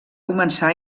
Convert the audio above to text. començar